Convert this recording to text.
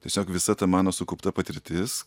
tiesiog visa ta mano sukaupta patirtis